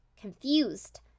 confused